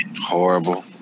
horrible